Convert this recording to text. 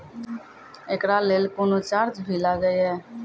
एकरा लेल कुनो चार्ज भी लागैये?